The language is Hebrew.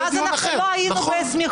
ואז אנחנו לא היינו בסמיכות.